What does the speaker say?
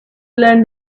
learn